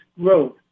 growth